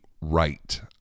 right